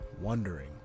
wondering